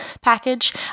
package